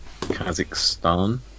Kazakhstan